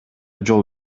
жол